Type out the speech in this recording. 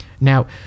now